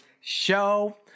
show